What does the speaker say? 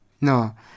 no